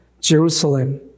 Jerusalem